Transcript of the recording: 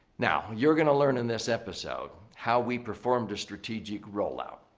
now, you're going to learn in this episode how we performed a strategic rollout.